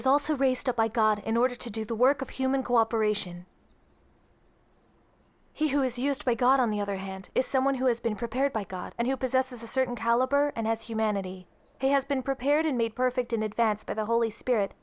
is also raised up by god in order to do the work of human cooperation he who is used by god on the other hand is someone who has been prepared by god and who possesses a certain caliber and has humanity has been prepared and made perfect in advance by the holy spirit